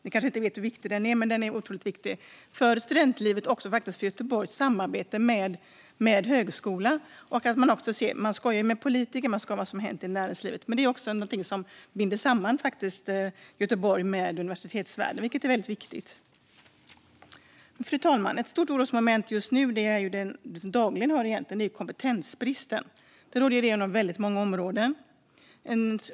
Ni kanske inte vet hur viktig den är, men den är otroligt viktig inte bara för studentlivet utan också för Göteborgs samarbete med högskolan. Det skojas med politiker och om vad som har hänt i näringslivet, men det är också något som faktiskt binder samman Göteborg med universitetsvärlden, vilket är väldigt viktigt. Fru talman! Ett stort orosmoment vi just nu hör om egentligen dagligen är den kompetensbrist som råder inom väldigt många områden.